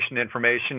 information